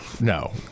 no